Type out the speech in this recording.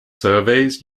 surveys